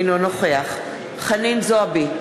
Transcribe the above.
אינו נוכח חנין זועבי,